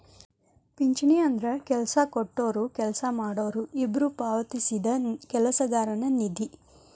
ಪಿಂಚಣಿ ಅಂದ್ರ ಕೆಲ್ಸ ಕೊಟ್ಟೊರು ಕೆಲ್ಸ ಮಾಡೋರು ಇಬ್ಬ್ರು ಪಾವತಿಸಿದ ಕೆಲಸಗಾರನ ನಿಧಿ